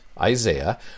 Isaiah